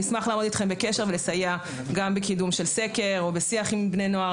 נשמח לעמוד איתכם בקשר ולסייע גם בקידום של סקר או בשיח עם בני נוער.